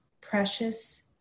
precious